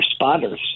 responders